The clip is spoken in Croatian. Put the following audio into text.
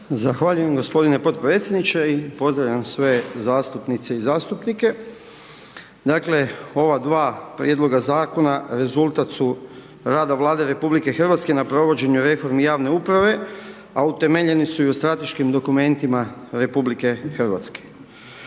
Zahvaljujem gospodine potpredsjedniče. Pozdravljam sve zastupnice i zastupnike. Dakle, ova dva prijedloga zakona rezultat su rada Vlade RH na provođenju reforme javne uprave, a utemeljeni su i u strateškim dokumentima RH. Prije